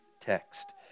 text